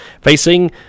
Facing